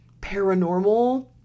paranormal